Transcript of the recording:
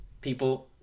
people